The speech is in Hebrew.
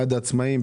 בעד העצמאים,